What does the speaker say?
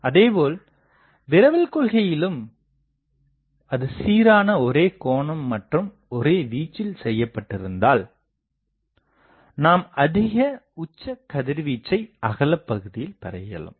அதேபோல் விரவல் கொள்கையிலும் அது சீரான ஒரே கோணம் மற்றும் ஒரே வீச்சில் செய்யப்பட்டு இருந்தால் நாம் அதிக உச்ச கதிர்வீச்சை அகல பகுதியில் பெறஇயலும்